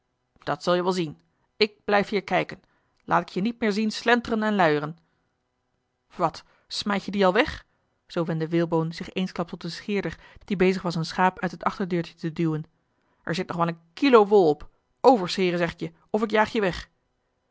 dat zul je wel zien ik blijf hier kijken laat ik je niet meer zien slenteren en luieren wat smijt je die al weg zoo wendde walebone zich eensklaps tot een scheerder die bezig was een schaap uit het achterdeurtje te duwen er zit nog wel een kilo wol op overscheren zeg ik je of ik jaag je weg